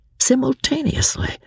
Simultaneously